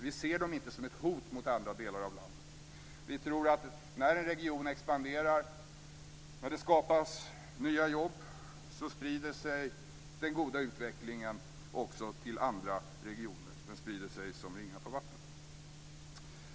Vi ser dem inte som ett hot mot andra delar av landet. Vi tror att när en region expanderar, och när det skapas nya jobb, sprider sig den goda utvecklingen också till andra regioner. Den sprider sig som ringar på vattnet.